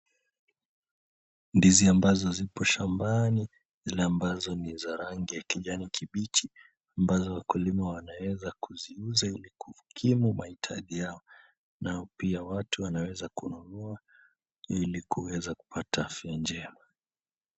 Ndizi ambazo zipo shambani, zile ambazo ni za rangi ya kijani kibichi ambazo wakulima wanaweza kuziuza ili kukimu mahitaji yao, nao pia watu wanaweza kununua ili kuweza kupata afya njema.